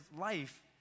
life